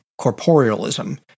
corporealism